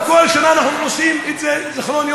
בכל שנה אנחנו עושים את זה לזיכרון,